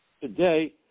Today